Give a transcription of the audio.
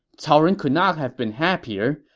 cao ren could not have been happier.